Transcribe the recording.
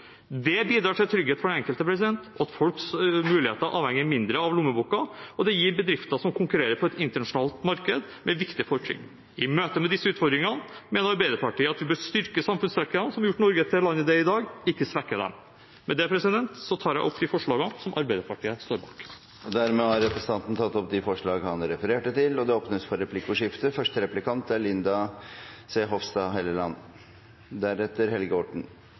Dette bidrar til trygghet for den enkelte og at folks muligheter avhenger mindre av lommeboka, og det gir bedrifter som konkurrerer i et internasjonalt marked, viktige fortrinn. I møte med disse utfordringene mener Arbeiderpartiet at vi bør styrke samfunnstrekkene som har gjort Norge til det landet det er i dag – ikke svekke dem. Jeg tar med dette opp forslagene som Arbeiderpartiet og Senterpartiet står bak. Dermed har representanten Eirik Sivertsen tatt opp forslagene han refererte til. Det åpnes for replikkordskifte.